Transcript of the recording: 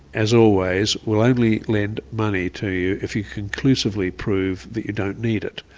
as always, will only lend money to you if you conclusively prove that you don't need it.